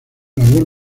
labor